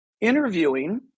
interviewing